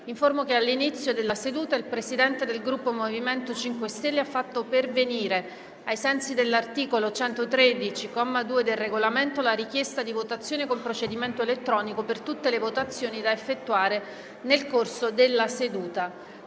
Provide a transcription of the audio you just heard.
che all'inizio della seduta il Presidente del Gruppo MoVimento 5 Stelle ha fatto pervenire, ai sensi dell'articolo 113, comma 2, del Regolamento, la richiesta di votazione con procedimento elettronico per tutte le votazioni da effettuare nel corso della seduta.